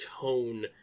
tone